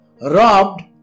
robbed